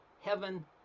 heaven